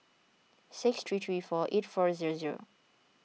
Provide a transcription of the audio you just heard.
six three three four eight four zero zero